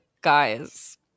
Guys